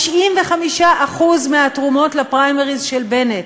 95% מהתרומות לפריימריז של בנט